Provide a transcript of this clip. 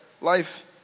life